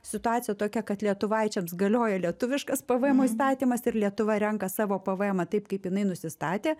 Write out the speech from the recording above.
situacija tokia kad lietuvaičiams galioja lietuviškas pvmo įstatymas ir lietuva renka savo pvmą taip kaip jinai nusistatė